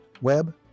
Web